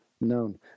known